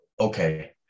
okay